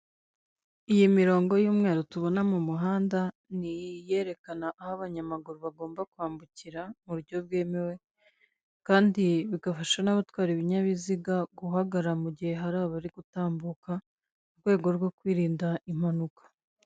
Iyi mirongo y'umweru tubona mu muhanda ni iyerekana aho abanyamaguru bagomba kwambukira mu buryo bwemewe kandi bigafasha n'abatwara ibinyabiziga guhagarara mu gihe hari abari gutambuka mu rwego rwo kwirinda impanuka.